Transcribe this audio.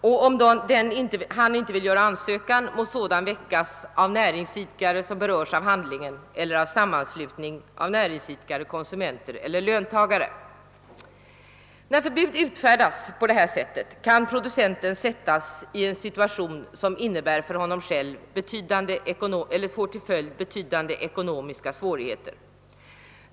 Om han inte vill göra ansökan må sådan väckas av näringsidkare eller sammanslutning av näringsidkare, konsumenter eller löntagare. När förbud utfärdas på detta sätt kan producenten sättas i en situation som får till följd betydande ekonomiska svårigheter.